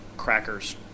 crackers